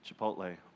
Chipotle